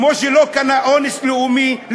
כמו שלא קנה אונס לאומני,